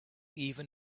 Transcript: even